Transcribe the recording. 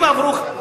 למה 15 ולא עשר?